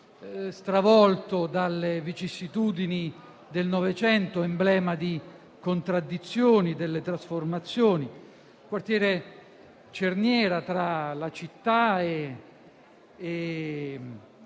stravolto dalle vicissitudini del Novecento, emblema di contraddizioni e trasformazioni; un quartiere cerniera tra la città, la via